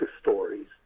stories